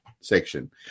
section